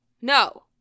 No